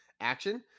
Action